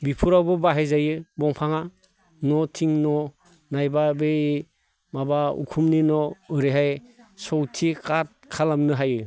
बेफोरावबो बाहायजायो दंफाङा न' थिं न' नायबा बै माबा उखुमनि न' ओरैहाय सौथि खाट खालामनो हायो